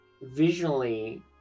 visually